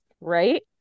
right